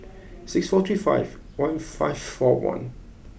six four three five one five four one